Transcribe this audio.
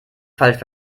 falsch